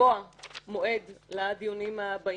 לקבוע מועד לדיונים הבאים,